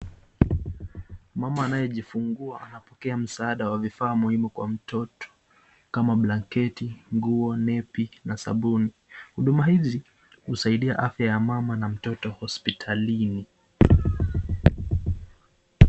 Mama anayejifungua anapokea msaada wa vifaa muhimu kwa mtoto kama blanketi, nguo, nepi na sabuni, huduma hizi husaidia afya ya mama na mtoto hospitalini.